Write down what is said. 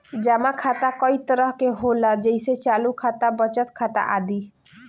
जमा खाता कई तरह के होला जेइसे चालु खाता, बचत खाता आदि